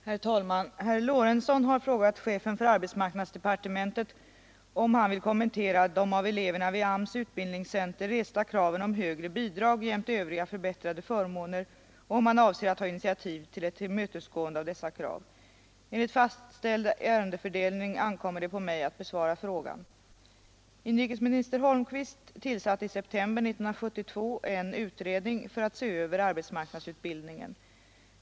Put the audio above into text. Herr talman! Herr Lorentzon har frågat chefen för arbetsmarknadsdepartementet om han vill kommentera de av eleverna vid AMS:s utbildningscenter resta kraven om högre bidrag jämte övriga förbättrade förmåner och om han avser att ta initiativ till ett tillmötesgående av dessa krav. Enligt fastställd ärendefördelning ankommer det på mig att besvara frågan. Inrikesminister Holmqvist tillsatte i september 1972 en utredning för att se över arbetsmarknadsutbildningen.